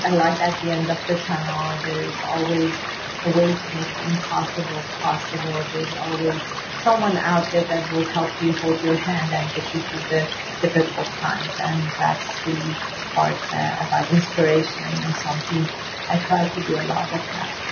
and light at the end of the tunnel there's always a way to make the impossible possible. there's always someone out there that will help you hold you your hand and get you through the difficult times. and that's the part that about inspiration and something i try to do a lot of them